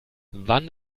wann